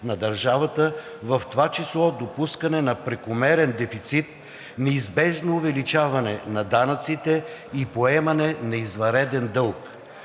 на държавата, в това число допускане на прекомерен дефицит, неизбежно увеличаване на данъците и поемане на извънреден дълг.